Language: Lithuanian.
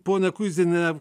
pone kuiziniene